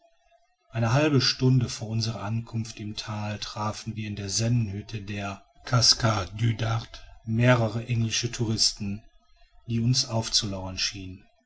eine halbe stunde vor unserer ankunft im thal trafen wir in der sennhütte der cascade du dard mehrere englische touristen die uns aufzulauern schienen